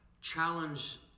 Challenge